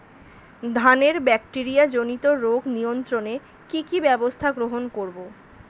ধানের ব্যাকটেরিয়া জনিত রোগ নিয়ন্ত্রণে কি কি ব্যবস্থা গ্রহণ করব?